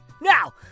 Now